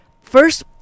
first